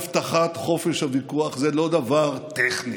הבטחת חופש הוויכוח זה לא דבר טכני,